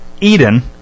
Eden